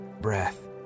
breath